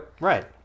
Right